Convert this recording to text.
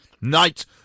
Night